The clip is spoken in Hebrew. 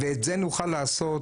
ואת זה נוכל לעשות,